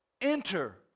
Enter